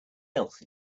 else